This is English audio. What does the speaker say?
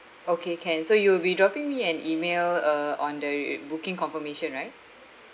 okay can so you will be dropping me an email uh on the re~ re~ booking confirmation right